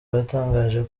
batangaje